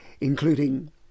including